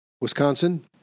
Wisconsin